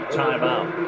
timeout